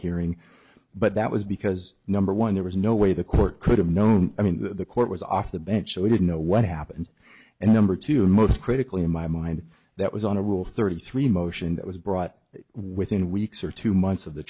hearing but that was because number one there was no way the court could have known i mean the court was off the bench so we didn't know what happened and number two most critically in my mind that was on a rule thirty three motion that was brought within weeks or two months of the